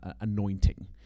anointing